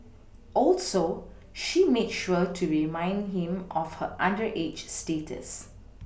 also she made sure to remind him of her underage status